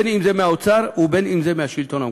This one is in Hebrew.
מהאוצר או מהשלטון המקומי.